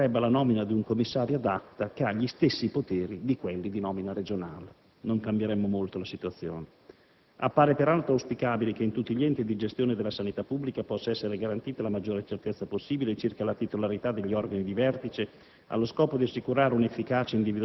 comma 2-*octies*, condurrebbe alla nomina di un commissario *ad* *acta*, con analoghi poteri di quello di nomina regionale. Non cambieremmo molto la situazione. Appare, peraltro, auspicabile che in tutti gli enti di gestione della sanità pubblica possa essere garantita la maggiore certezza possibile circa la titolarità degli organi di vertice,